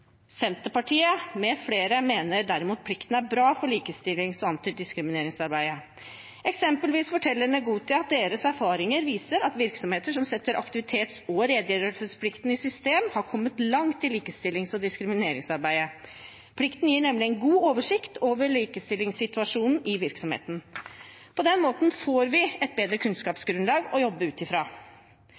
Senterpartiet m.fl. mener derimot at plikten er bra for likestillings- og antidiskrimineringsarbeidet. For eksempel forteller Negotia at deres erfaringer viser at virksomheter som setter aktivitets- og redegjørelsesplikten i system, har kommet langt i likestillings- og diskrimineringsarbeidet. Plikten gir nemlig en god oversikt over likestillingssituasjonen i virksomheten. På den måten får vi et bedre kunnskapsgrunnlag å jobbe ut